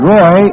Roy